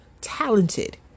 talented